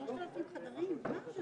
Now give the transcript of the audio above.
כמו החשש